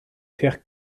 faire